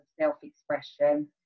self-expression